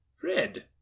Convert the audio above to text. Fred